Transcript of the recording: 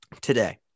today